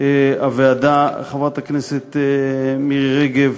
הוועדה חברת הכנסת מירי רגב,